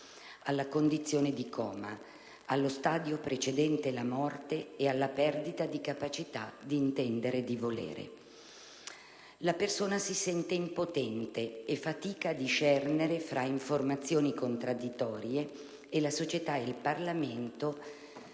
alla condizione di coma, allo stadio precedente la morte e alla perdita di capacità di intendere e di volere. La persona si sente impotente e fatica a discernere tra informazioni contraddittorie e la società e il Parlamento